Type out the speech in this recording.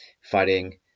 fighting